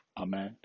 Amen